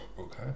Okay